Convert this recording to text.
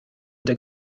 deg